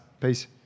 Peace